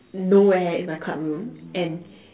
no where in my club room and